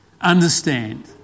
understand